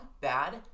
bad